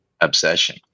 obsession